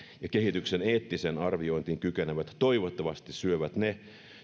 ja kehityksen eettiseen arviointiin kykenevät toivottavasti syövät ne